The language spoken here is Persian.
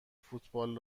فوتبال